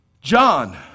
John